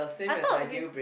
I thought we